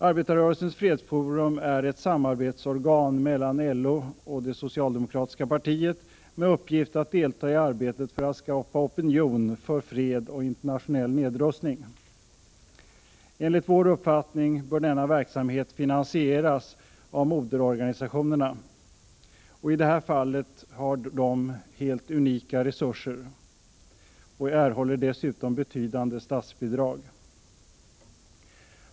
Arbetarrörelsens fredsforum är ett samarbetsorgan mellan LO och det socialdemokratiska partiet med uppgift att delta i arbetet för att skapa opinion för fred och internationell nedrustning. Enligt vår uppfattning bör denna verksamhet finansieras av moderorganisationerna, som i det här fallet har helt unika resurser och dessutom erhåller betydande statsbidrag.